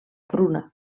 pruna